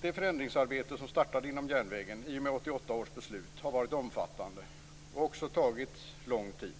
Det förändringsarbete som startade inom järnvägen i och med 1988 års beslut har varit omfattande och också tagit lång tid.